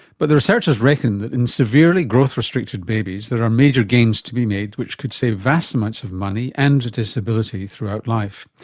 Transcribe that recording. but the researchers reckon that in severely growth restricted babies there are major gains to be made which could save vast amounts of money and disability throughout life.